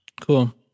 Cool